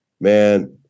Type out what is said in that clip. Man